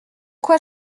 quoi